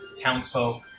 townsfolk